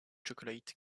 chocolate